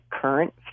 current